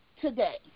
today